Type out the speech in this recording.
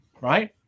Right